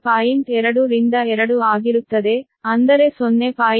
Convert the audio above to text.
2 ರಿಂದ 2 ಆಗಿರುತ್ತದೆ ಅಂದರೆ 0